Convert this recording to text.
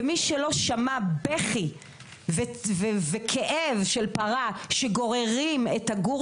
ומי שלא שמע בכי וכאב של פרה שגוררים את הגור